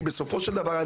כי בסופו של דבר,